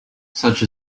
such